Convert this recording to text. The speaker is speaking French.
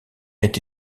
été